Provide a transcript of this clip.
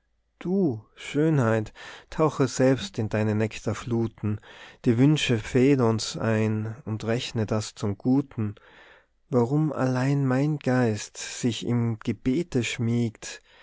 du schönheit tauche selbst in deine nektarfluten die wünsche phädons ein und rechne das zum guten warum allein mein geist sich im gebete schmiegt